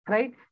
Right